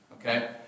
Okay